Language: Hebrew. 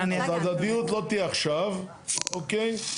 הדדיות לא תהיה עכשיו, אוקיי?